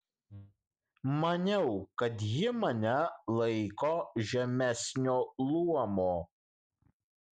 maniau kad ji mane laiko žemesnio luomo